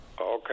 okay